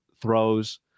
throws